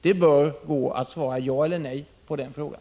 Det bör gå att svara ja eller nej på den frågan.